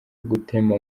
gutema